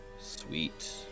Sweet